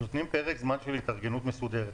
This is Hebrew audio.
נותנים פרק זמן של התארגנות מסודרת.